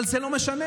אבל זה לא משנה.